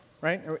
right